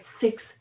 six